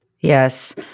Yes